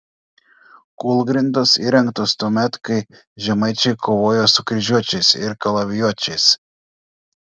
kūlgrindos įrengtos tuomet kai žemaičiai kovojo su kryžiuočiais ir kalavijuočiais